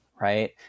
right